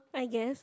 I guess